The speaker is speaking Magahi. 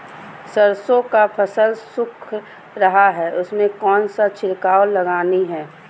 सरसो का फल सुख रहा है उसमें कौन सा छिड़काव लगानी है?